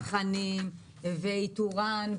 איתוראן,